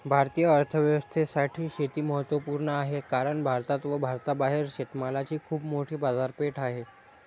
भारतीय अर्थव्यवस्थेसाठी शेती महत्वपूर्ण आहे कारण भारतात व भारताबाहेर शेतमालाची खूप मोठी बाजारपेठ आहे